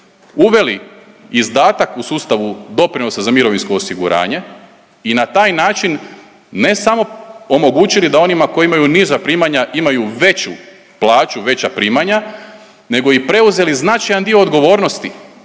uveli izdatak u sustavu doprinosa za mirovinsko osiguranje i na taj način ne samo omogućili da onima koji imaju niža primanja imaju veću plaću, veća primanja, nego i preuzeli značajan dio odgovornosti